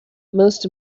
most